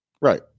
Right